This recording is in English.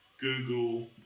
Google